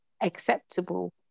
acceptable